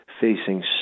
facing